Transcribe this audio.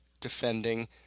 defending